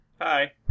Hi